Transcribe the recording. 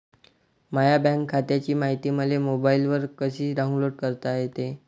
माह्या बँक खात्याची मायती मले मोबाईलवर कसी डाऊनलोड करता येते?